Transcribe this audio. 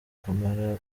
camara